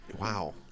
Wow